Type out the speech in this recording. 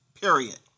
period